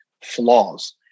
flaws